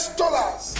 dollars